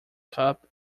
cup